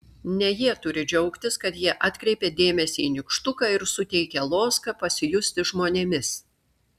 ne jie turi džiaugtis kad jie atkreipia dėmesį į nykštuką ir suteikia loską pasijusti žmonėmis